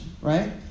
right